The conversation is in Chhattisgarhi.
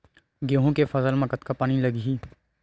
गेहूं के फसल म कतका पानी लगही?